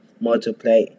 multiply